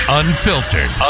unfiltered